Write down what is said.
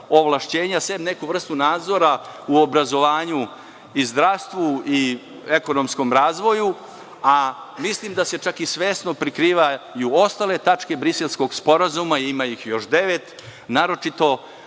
ovlašćenje, sem neku vrstu nadzora u obrazovanju i zdravstvu i ekonomskom razvoju, a mislim da se čak i svesno prikrivaju i ostale tačke Briselskog sporazuma, ima ih još devet, naročito